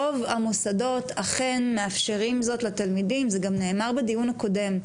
רוב המוסדות אכן מאפשרים זאת לתלמידים וזה גם נאמר בדיון הקודם.